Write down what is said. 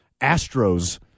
Astros